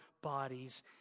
bodies